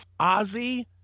Ozzy